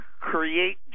create